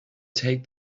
take